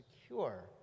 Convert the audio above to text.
secure